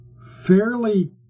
fairly